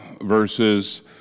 verses